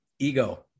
ego